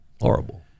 horrible